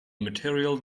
material